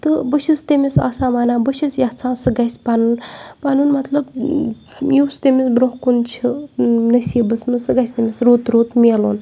تہٕ بہٕ چھُس تٔمِس آسان وَنان بہٕ چھَس یَژھان سۄ گژھہِ پَنُن پَنُن مطلب یُس تٔمِس برٛونٛہہ کُن چھُ نصیٖبَس منٛز سُہ گَژھہِ تٔمِس رُت رُت میلُن